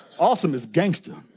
awesome is gangster.